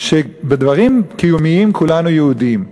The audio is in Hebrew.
שבדברים קיומיים כולנו יהודים.